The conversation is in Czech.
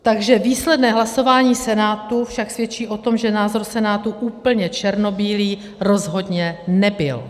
Takže výsledné hlasování Senátu však svědčí o tom, že názor Senátu úplně černobílý rozhodně nebyl.